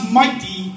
mighty